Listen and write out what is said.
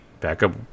backup